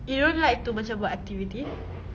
you don't like macam buat activity